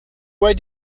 where